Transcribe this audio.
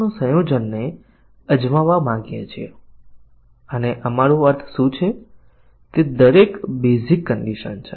અહીં એક અથવા અભિવ્યક્તિ છે તેથી જ્યાં સુધી આ ખોટું છે ત્યાં સુધી આ સાચું કે ખોટું હોય તો તે સંપૂર્ણ અભિવ્યક્તિને સાચી કે ખોટી કરી શકે છે